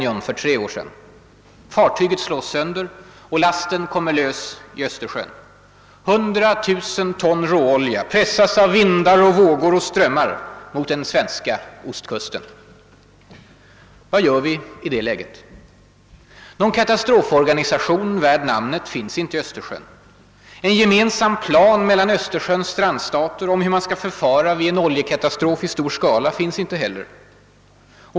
Fartyget slås sönder, och lasten kommer lös i öÖstersjön. Hunratusentals ton råolja pressas av vindar, vågor och strömmar mot den svenska ostkusten. Vad gör vi i det läget? Någon katastroforganisation värd namnet finns in te i Östersjön. En gemensam plan mellan Östersjöns strandstater om hur man skall förfara vid en oljekatastrof i stor skala finns inte heller.